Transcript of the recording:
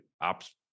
ops